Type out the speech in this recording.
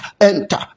Enter